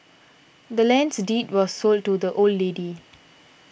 the land's deed was sold to the old lady